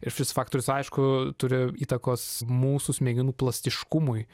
ir šis faktorius aišku turi įtakos mūsų smegenų plastiškumui